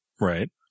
Right